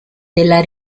della